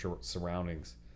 surroundings